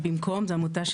המדינה